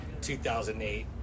2008